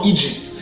Egypt